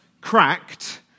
cracked